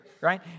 right